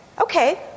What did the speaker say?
Okay